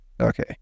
Okay